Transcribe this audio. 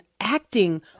acting